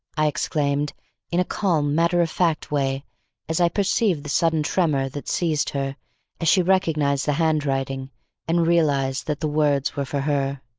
i exclaimed in a calm matter-of-fact way as i perceived the sudden tremor that seized her as she recognized the handwriting and realized that the words were for her.